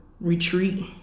Retreat